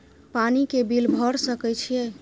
पानी के बिल भर सके छियै?